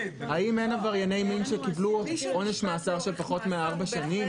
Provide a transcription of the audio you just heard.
האם אין עברייני מין שקיבלו עונש מאסר של פחות מארבע שנים?